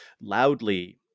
loudly